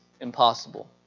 impossible